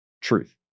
Truth